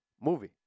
movie